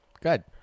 Good